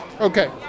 okay